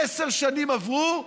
עשר שנים עברו,